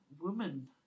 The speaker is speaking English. Woman